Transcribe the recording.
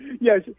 Yes